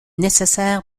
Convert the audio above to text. nécessaire